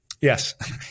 Yes